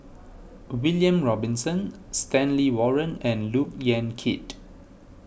William Robinson Stanley Warren and Look Yan Kit